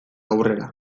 aurrera